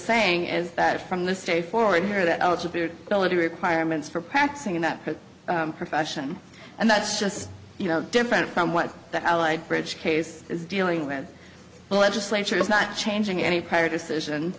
saying is that from the state forward here that all of the requirements for practicing in that profession and that's just you know different from what the allied bridge case is dealing with the legislature is not changing any prior decision